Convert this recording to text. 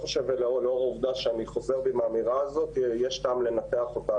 לאור העובדה שאני חוזר בי מהאמירה הזאת אני לא חושב שיש טעם לנתח אותה.